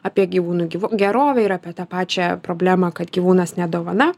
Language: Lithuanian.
apie gyvūnų gyvo gerovę ir apie tą pačią problemą kad gyvūnas ne dovana